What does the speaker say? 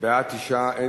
(תיקון מס' 9), התשע"ב 2012, נתקבל.